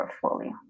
portfolio